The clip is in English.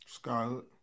Skyhook